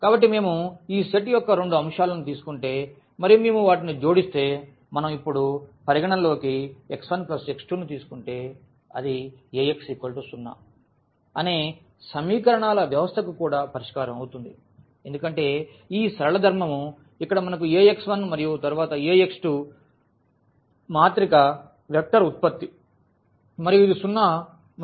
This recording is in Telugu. కాబట్టి మేము ఈ సెట్ యొక్క రెండు అంశాలను తీసుకుంటే మరియు మేము వాటిని జోడిస్తే మనం ఇప్పుడు పరిగణనలోకి x1x2 ను తీసుకుంటే ఇది Ax 0 అనేసమీకరణాల వ్యవస్థకు కూడా పరిష్కారం అవుతుంది ఎందుకంటే ఈ సరళ ధర్మము ఇక్కడ మనకు Ax1 మరియు తరువాత Ax2 మాత్రిక వెక్టర్ ఉత్పత్తి మరియు ఇది 0 మరియు ఇది 0